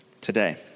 today